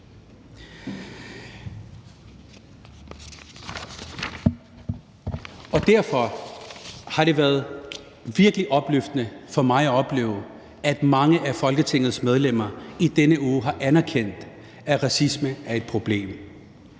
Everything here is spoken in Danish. Derfor har det været virkelig opløftende for mig at opleve, at mange af Folketingets medlemmer i denne uge har anerkendt, at racisme er et problem,